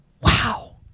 Wow